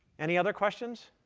any other questions?